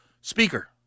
speaker